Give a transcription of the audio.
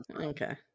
Okay